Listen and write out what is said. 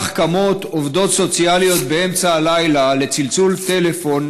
כך קמות עובדות סוציאליות באמצע הלילה לצלצול טלפון